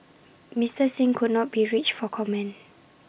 Mister Singh could not be reached for comment